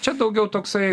čia daugiau toksai